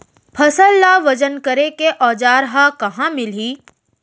फसल ला वजन करे के औज़ार हा कहाँ मिलही?